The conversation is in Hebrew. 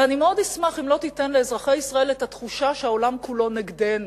ואני מאוד אשמח אם לא תיתן לאזרחי ישראל את התחושה שהעולם כולו נגדנו,